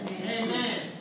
Amen